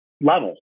level